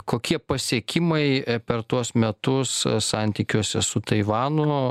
kokie pasiekimai per tuos metus santykiuose su taivanu